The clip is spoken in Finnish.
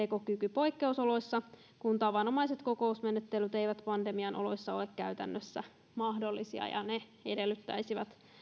poikkeusoloissa kun tavanomaiset kokousmenettelyt eivät pandemian oloissa ole käytännössä mahdollisia ja ne edellyttäisivät